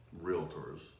realtors